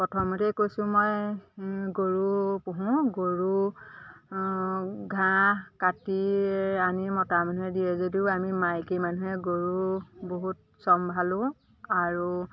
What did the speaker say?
প্ৰথমতেই কৈছোঁ মই গৰু পুহোঁ গৰু ঘাঁহ কাটি আনি মতা মানুহে দিয়ে যদিও আমি মাইকী মানুহে গৰু বহুত চম্ভালোঁ আৰু